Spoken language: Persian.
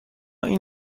این